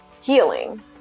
healing